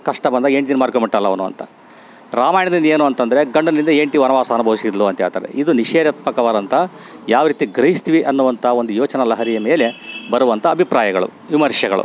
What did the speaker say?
ಕಷ್ಟ ಬಂದಾಗ ಹೆಂಡ್ತೀನ್ ಮಾರ್ಕೋಂಬಿಟ್ಟಲ್ಲ ಅವನು ಅಂತ ರಾಮಾಯಣದಿಂದ ಏನು ಅಂತಂದ್ರೆ ಗಂಡನಿಂದ ಹೆಂಡ್ತಿ ವನವಾಸ ಅನುಭವಿಸಿದ್ಲು ಅಂತೇಳ್ತಾರೆ ಇದು ನಿಷೇದಾತ್ಮಕವಾದಂಥ ಯಾವ್ ರೀತಿ ಗ್ರಹಿಸ್ತೀವಿ ಅನ್ನುವಂಥ ಒಂದು ಯೋಚನಾ ಲಹರಿಯ ಮೇಲೆ ಬರುವಂಥ ಅಭಿಪ್ರಾಯಗಳು ವಿಮರ್ಶೆಗಳು